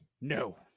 No